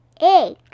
egg